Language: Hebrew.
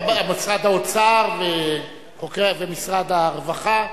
משרד האוצר ומשרד הרווחה,